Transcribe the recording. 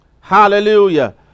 Hallelujah